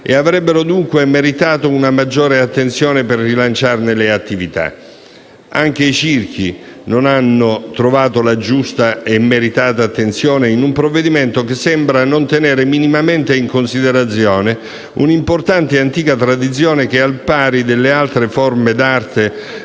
e avrebbero dunque meritato una maggiore attenzione per rilanciarne le attività. Anche i circhi non hanno trovato la giusta e meritata attenzione in un provvedimento che sembra non tenere minimamente in considerazione un'importante e antica tradizione che, al pari delle altre forme d'arte,